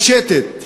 מתפשטים.